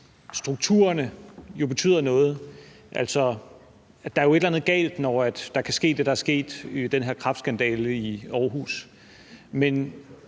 strukturerne jo betyder noget, altså at der jo er et eller andet galt, når der kan ske det, der er sket i den her kræftskandale i Aarhus. Men